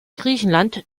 griechenland